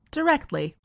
directly